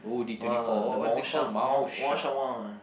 !wah! the Mao-Shan Mao Mao-Shan-Wang